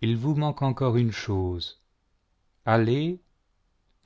il vous manque encore une chose allez